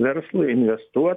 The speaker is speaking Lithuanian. verslui investuot